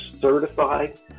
certified